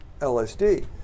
LSD